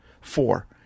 Four